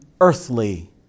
earthly